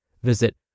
Visit